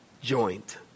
joint